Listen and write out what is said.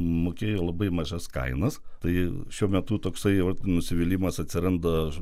mokėjo labai mažas kainas tai šiuo metu toksai vat nusivylimas atsiranda